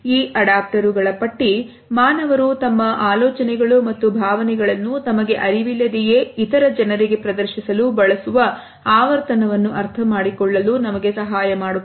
ಈ ಅಡಾಪ್ಟರುಗಳ ಪಟ್ಟಿ ಮಾನವರು ತಮ್ಮ ಆಲೋಚನೆಗಳು ಮತ್ತು ಭಾವನೆಗಳನ್ನು ತಮಗೆ ಅರಿವಿಲ್ಲದೆಯೇ ಇತರ ಜನರಿಗೆ ಪ್ರದರ್ಶಿಸಲು ಬಳಸುವ ಆವರ್ತನವನ್ನು ಅರ್ಥಮಾಡಿಕೊಳ್ಳಲು ನಮಗೆ ಸಹಾಯ ಮಾಡುತ್ತದೆ